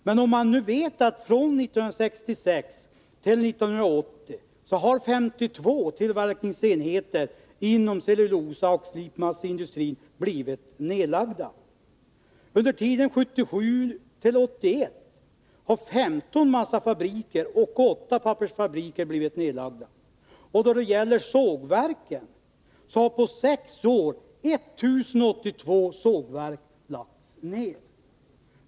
Men från 1966 till 1980 har 52 tillverkningsenheter inom cellulosaoch slipmasseindustrin blivit nedlagda. Under tiden 1977-1981 har 15 massafabriker och 8 pappersfabriker nedlagts. På sex år har 1 082 sågverk lagts ner.